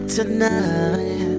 Tonight